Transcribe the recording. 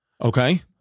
Okay